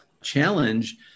challenge